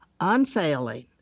unfailing